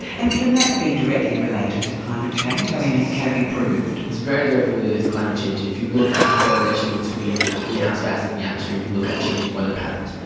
and can that be directly related to climate change? um and can it be proved? it's very directly related to climate change. if you look at the correlation between greenhouse gases in the atmosphere, you look at changing weather patterns,